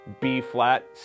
B-flat